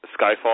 Skyfall